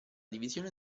divisione